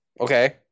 Okay